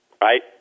right